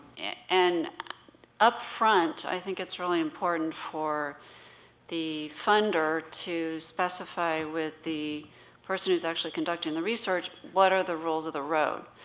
and up front, i think it's really important for the funder to specify with the person who's actually conducting the research, what are the rules of the road.